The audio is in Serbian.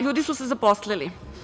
Ljudi su se zaposlili.